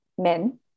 Men